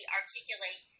articulate